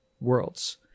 worlds